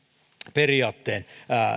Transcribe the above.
periaatteen